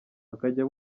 bakazajya